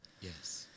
Yes